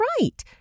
right